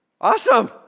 Awesome